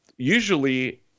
Usually